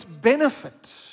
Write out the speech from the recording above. benefit